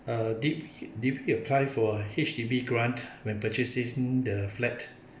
uh did did you apply for H_D_B grant when purchasing the flat